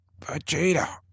Vegeta